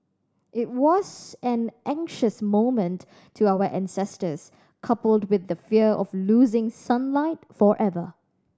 it was an anxious moment to our ancestors coupled with the fear of losing sunlight forever